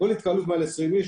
כל התקהלות מעל 20 אנשים,